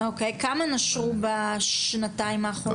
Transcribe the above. כמה נשרו בשנתיים האחרונות?